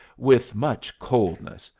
with much coldness,